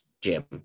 Jim